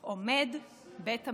עומד בית המשפט.